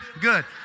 Good